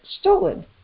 stolen